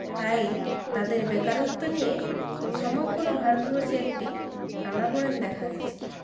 তাই তাদের বেকারত্ব নিয়ে সমগ্র ভারতবর্ষে একটি টানাপোড়েন দেখা গেছে